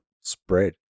spread